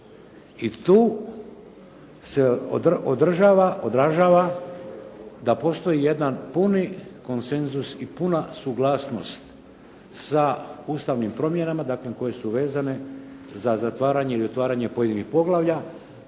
i tu se odražava da postoji jedan puni konsenzus i puna suglasnost sa ustavnim promjenama koje su vezane za zatvaranje ili otvaranje pojedinih poglavlja